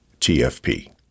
TFP